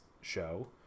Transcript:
show